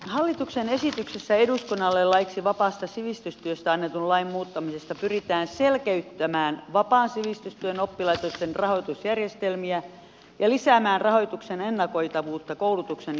hallituksen esityksessä eduskunnalle laiksi vapaasta sivistystyöstä annetun lain muuttamisesta pyritään selkeyttämään vapaan sivistystyön oppilaitosten rahoitusjärjestelmiä ja lisäämään rahoituksen ennakoitavuutta koulutuksen järjestäjille